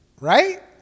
Right